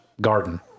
garden